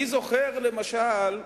אני זוכר, למשל,